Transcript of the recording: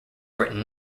written